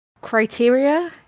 criteria